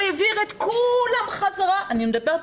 הוא העביר את כולם חזרה ואני מדברת